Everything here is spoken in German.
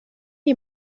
die